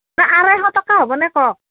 নহয় আঢ়ৈশ টকা হ'ব নে কওক